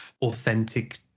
authentic